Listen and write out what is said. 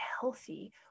healthy